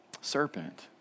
Serpent